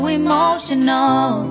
emotional